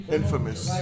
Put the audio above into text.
infamous